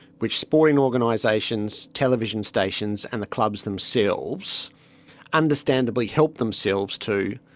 which sporting organisations, television stations and the clubs themselves understandably helped themselves to,